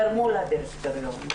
נרמול הדירקטוריון.